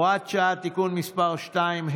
הוראת שעה) (תיקון מס' 2),